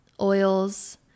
oils